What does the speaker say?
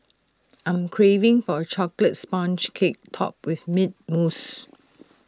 I am craving for A Chocolate Sponge Cake Topped with Mint Mousse